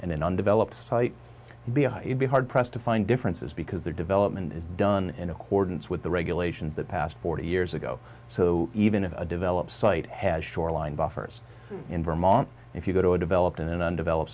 and an undeveloped site you'd be hard pressed to find differences because their development is done in accordance with the regulations that past forty years ago so even if a developed site has shoreline buffers in vermont if you go to a developed in an undeveloped